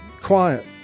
quiet